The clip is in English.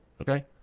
Okay